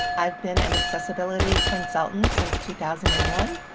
i've been an accessibility consultant since two thousand and one.